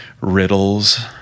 riddles